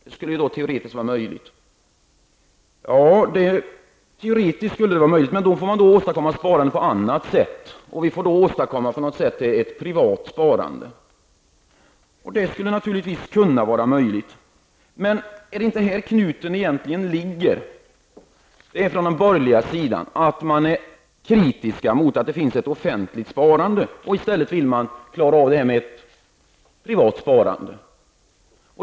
Det skulle teoretiskt vara möjligt, men då får man åstadkomma sparande på annat sätt. Då får vi på något sätt åstadkomma ett privat sparande. Det skulle naturligtvis kunna vara möjligt, men det är väl här knuten egentligen ligger. Den ligger i att man från den borgerliga sidan är kritiska mot att det finns ett offentligt sparande. Man vill i stället klara av detta med ett privat sparande.